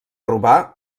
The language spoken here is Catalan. robar